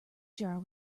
jar